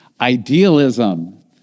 Idealism